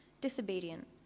disobedient